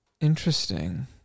Interesting